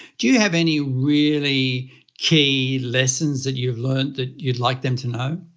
do you have any really key lessons that you've learned that you'd like them to know?